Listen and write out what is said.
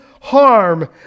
harm